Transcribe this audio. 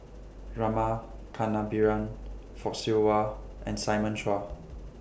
Rama Kannabiran Fock Siew Wah and Simon Chua